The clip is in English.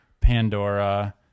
Pandora